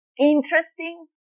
interesting